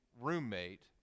roommate